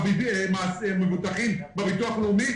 מבוטחים בביטוח הלאומי.